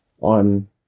on